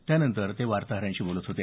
त्यानंतर ते वार्ताहरांशी बोलत होते